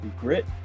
grit